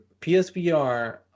PSVR